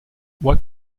what